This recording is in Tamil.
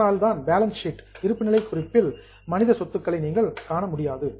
அதனால் தான் பேலன்ஸ் ஷீட் இருப்புநிலை குறிப்பில் ஹியூமன் அசட்ஸ் மனித சொத்துக்களை நீங்கள் காண முடியாது